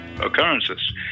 occurrences